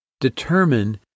Determine